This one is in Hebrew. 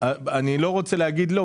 אני לא רוצה להגיד שלא,